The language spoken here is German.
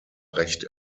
recht